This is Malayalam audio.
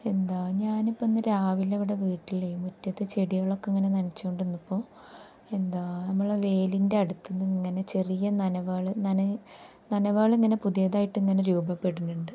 എന്താ ഞാനിപ്പം ഇന്ന് രാവിലെ ഇവിടെ വീട്ടിലെ മുറ്റത്ത് ചെടികളൊക്കെ ഇങ്ങനെ നനച്ചു കൊണ്ടു നിന്നപ്പോൾ എന്താ നമ്മൾ വേലീൻ്റെ അടുത്തു നിന്ന് ഇങ്ങനെ ചെറിയ നനവുകൾ നന നനവുകളിങ്ങനെ പുതിയതായിട്ട് ഇങ്ങനെ രൂപപ്പെടുന്നുണ്ട്